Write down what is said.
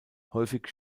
häufig